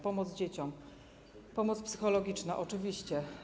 Pomoc dzieciom, pomoc psychologiczna - oczywiście.